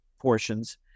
portions